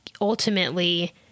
ultimately